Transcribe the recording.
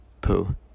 poo